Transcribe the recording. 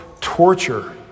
torture